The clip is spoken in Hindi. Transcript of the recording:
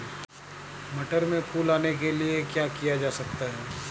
मटर में फूल आने के लिए क्या किया जा सकता है?